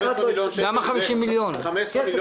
15 מיליון שקל --- למה 50 מיליון שקל?